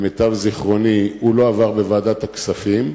למיטב זיכרוני הוא לא עבר בוועדת הכספים,